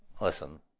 Listen